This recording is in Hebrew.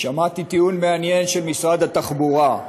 שמעתי טיעון מעניין של משרד התחבורה.